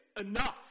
Enough